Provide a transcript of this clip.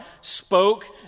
spoke